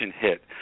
hit